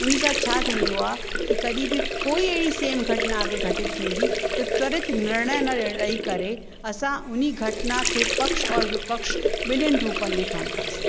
उन्हीअ सां छा थींदो आहे कि कॾहिं बि कोई अहिड़ी सेम घटना खे घटि थींदी त तुरित निर्णय न लही करे असां उन्हीअ घटना खे पक्ष और विपक्ष बिन्हिनि रुपनि में खणंदासीं